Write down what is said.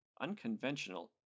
Unconventional